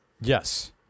yes